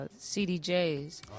CDJs